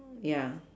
ya